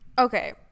Okay